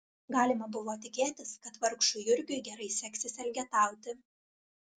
galima buvo tikėtis kad vargšui jurgiui gerai seksis elgetauti